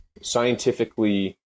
scientifically